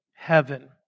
heaven